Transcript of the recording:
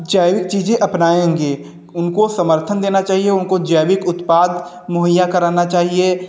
जैविक चीज़ें अपनाएंगे उनको समर्थन देना चाहिए उनको जैविक उत्पाद मुहैया कराना चाहिए